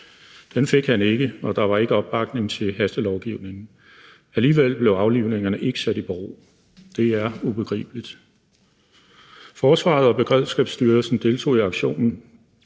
Den fik han ikke, og der var ikke opbakning til hastelovgivningen. Alligevel blev aflivningerne ikke sat i bero. Det er ubegribeligt. Forsvaret og Beredskabsstyrelsen deltog i aktionen.